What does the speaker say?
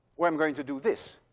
or i'm going to do this.